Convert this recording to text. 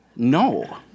No